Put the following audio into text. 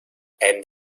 and